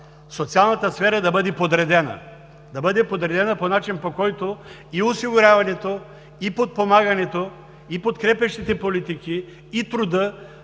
социалната сфера да бъде подредена по начин, по който и осигуряването, и подпомагането, и подкрепящите политики, и труда